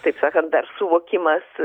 taip sakant dar suvokimas